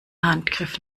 handgriff